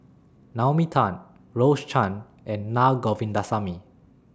Naomi Tan Rose Chan and Na Govindasamy